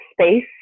space